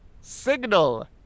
signal